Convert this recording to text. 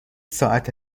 ساعت